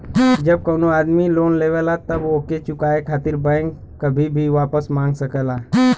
जब कउनो आदमी लोन लेवला तब ओके चुकाये खातिर बैंक कभी भी वापस मांग सकला